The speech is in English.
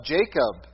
Jacob